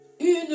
une